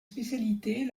spécialités